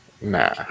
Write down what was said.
Nah